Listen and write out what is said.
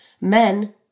men